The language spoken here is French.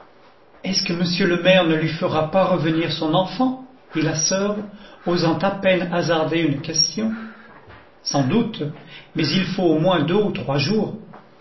est-ce que monsieur le maire ne lui fera pas revenir son enfant dit la soeur osant à peine hasarder une question sans doute mais il faut au moins deux ou trois jours